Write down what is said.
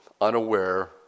unaware